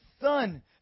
Son